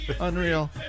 Unreal